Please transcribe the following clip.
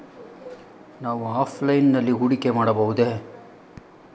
ನಾವು ಆಫ್ಲೈನ್ ನಲ್ಲಿ ಹೂಡಿಕೆ ಮಾಡಬಹುದೇ?